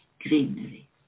greenery